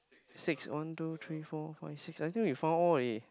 six one two three four five six I think we found all already